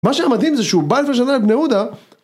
מה שהמדהים זה שהוא בא לפני שנה לבני יהודה